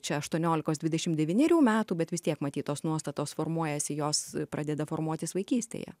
čia aštuoniolikos dvidešim devynierų metų bet vis tiek matyt tos nuostatos formuojasi jos pradeda formuotis vaikystėje